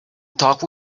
talk